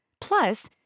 Plus